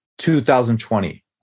2020